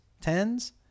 Tens